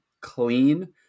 clean